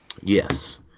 Yes